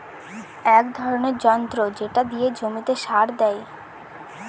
এক ধরনের যন্ত্র যেটা দিয়ে জমিতে সার দেয়